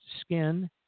skin